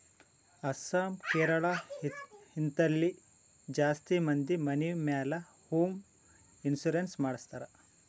ಅಸ್ಸಾಂ, ಕೇರಳ, ಹಿಂತಲ್ಲಿ ಜಾಸ್ತಿ ಮಂದಿ ಮನಿ ಮ್ಯಾಲ ಹೋಂ ಇನ್ಸೂರೆನ್ಸ್ ಮಾಡ್ತಾರ್